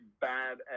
bad